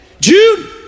Jude